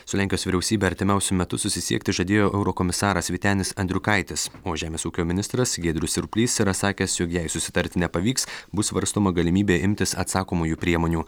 su lenkijos vyriausybe artimiausiu metu susisiekti žadėjo eurokomisaras vytenis andriukaitis žemės ūkio ministras giedrius siurplys yra sakęs jog jei susitarti nepavyks bus svarstoma galimybė imtis atsakomųjų priemonių